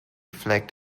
flagged